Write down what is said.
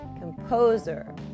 composer